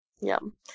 Yum